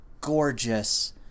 gorgeous